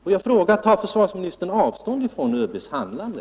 Och jag frågar: Tar försvarsministern avstånd från ÖB:s handlande?